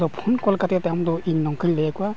ᱟᱫᱚ ᱠᱟᱛᱮᱫ ᱛᱟᱭᱚᱢᱫᱚ ᱤᱧ ᱱᱚᱝᱠᱟᱧ ᱞᱟᱹᱭᱟᱠᱚᱣᱟ